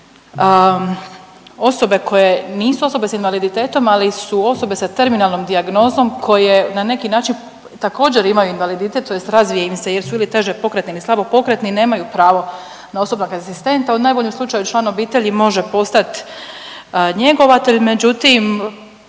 osobe koje nisu osobe s invaliditetom, ali su osobe sa terminalnom dijagnozom koje, na neki način, također, imaju invaliditet tj. razvije im se jer su ili teže pokretni ili slabo pokretni i nemaju pravo na osobnog asistenta. U najboljem slučaju, član obitelji može postati njegovatelj, međutim,